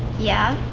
yeah.